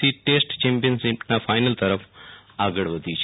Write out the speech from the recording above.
C ચેમ્પિયનશીપના final તરફ આગળ વધી છે